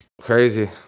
Crazy